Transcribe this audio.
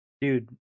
dude